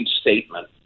statement